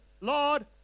Lord